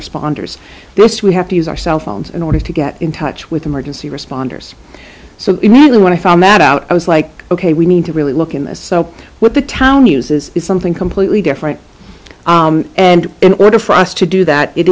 responders yes we have to use our cell phones in order to get in touch with emergency responders so manly when i found that out i was like ok we need to really look in this so what the town uses is something completely different and in order for us to do that it